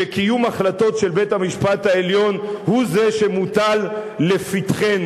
כשקיום החלטות של בית-המשפט העליון הוא זה שמוטל לפתחנו,